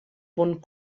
punt